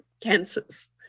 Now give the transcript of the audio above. cancers